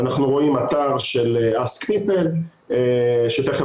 יש לנו את זה בשתי רמות, קלה וחירומית.